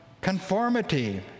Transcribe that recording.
conformity